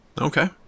okay